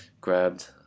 grabbed